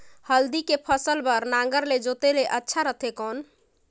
हल्दी के फसल बार नागर ले जोते ले अच्छा रथे कौन?